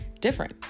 different